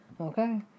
okay